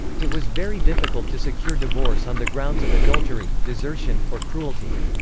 it was very difficult to secure divorce on the grounds of adultery, desertion, or cruelty.